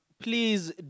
please